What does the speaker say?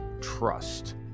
Trust